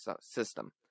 system